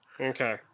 Okay